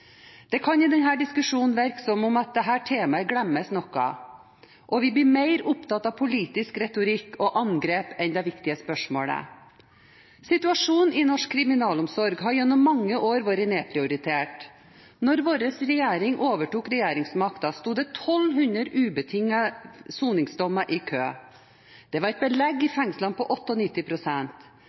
Det kan i denne diskusjonen virke som om dette temaet glemmes noe, og vi blir mer opptatt av politisk retorikk og angrep enn det viktige spørsmålet. Situasjonen i norsk kriminalomsorg har gjennom mange år vært nedprioritert. Da vår regjering overtok regjeringsmakten, sto det 1 200 ubetingede soningsdommer i kø. Det var et belegg i fengslene på